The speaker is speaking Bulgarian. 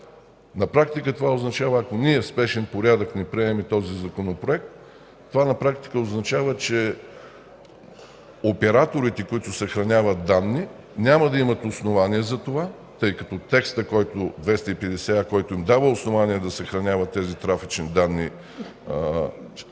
ще влезе в сила. Ако ние в спешен порядък не приемем този Законопроект, това на практика означава, че операторите, които съхраняват данни, няма да имат основание за това. Текстът на чл. 250а, който им дава основание да съхраняват тези трафични данни, е